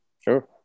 Sure